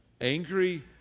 angry